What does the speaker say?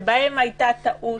שבהם הייתה טעות,